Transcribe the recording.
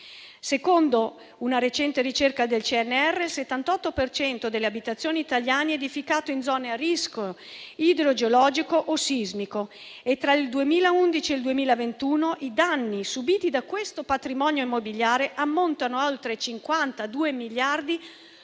Secondo una recente ricerca del CNR, il 78 per cento delle abitazioni italiane è edificato in zone a rischio idrogeologico o sismico e tra il 2011 e il 2021 i danni subiti da questo patrimonio immobiliare ammontano ad oltre 52 miliardi,